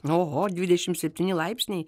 oho dvidešim septyni laipsniai